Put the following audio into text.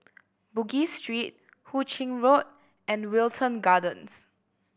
Bugis Street Hu Ching Road and Wilton Gardens